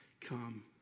come